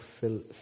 fill